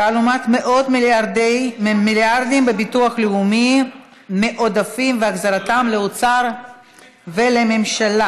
תעלומת מאות המיליארדים בביטוח לאומי מעודפים והחזרתם לאוצר ולממשלה,